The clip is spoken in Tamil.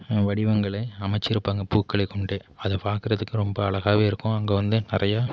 வடிவங்களை அமைச்சுருப்பாங்க பூக்களை கொண்டு அது பார்க்குறதுக்கு ரொம்ப அழகாகவும் இருக்கும் அங்கே வந்து நிறையா